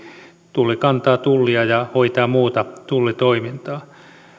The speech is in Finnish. tulli kantaa tullia ja hoitaa muuta tullitoimintaa